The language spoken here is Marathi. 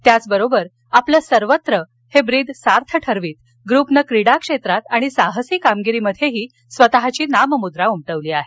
त्याचबरोबर आपलं सर्वत्र हे ब्रीद सार्थ ठरवीत ग्रुपनं क्रीडाक्षेत्रात आणि साहसी कामगिरीमध्ये स्वतःची नाममुद्रा उमटवली आहे